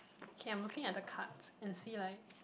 okay I'm looking at the cards and see like